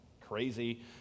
crazy